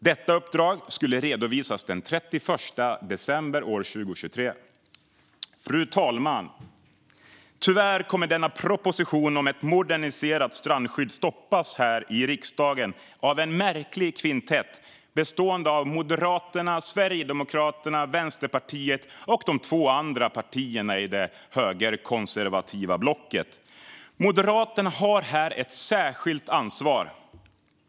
Detta uppdrag skulle redovisas den 31 december 2023. Fru talman! Tyvärr kommer denna proposition om ett moderniserat strandskydd att stoppas här i riksdagen av en märklig kvintett bestående av Moderaterna, Sverigedemokraterna, Vänsterpartiet och de två andra partierna i det högerkonservativa blocket. Moderaterna har här ett särskilt ansvar.